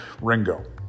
Ringo